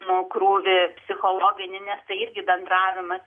nu krūvį psichologinį nes tai irgi bendravimas